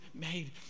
made